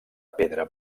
pedra